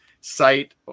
site